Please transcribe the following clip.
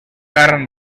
carn